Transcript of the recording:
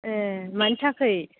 ए मानि थाखाय